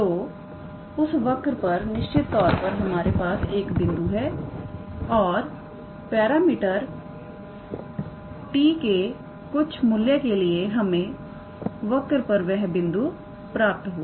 तो उस वर्क पर निश्चित तौर पर हमारे पास एक बिंदु है और पैरामीटर t के कुछ मूल्य के लिए हमें वर्क पर वह बिंदु प्राप्त हुआ